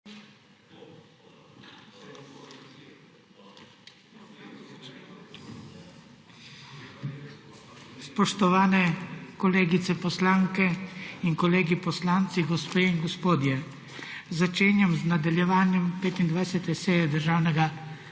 Spoštovani kolegice poslanke in kolegi poslanci, gospe in gospodje! Začenjam nadaljevanje 25. seje Državnega